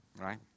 Right